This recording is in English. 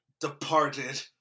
Departed